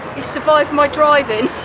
he's survived my driving!